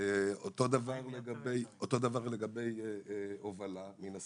אותו דבר לגבי הובלה מן הסתם.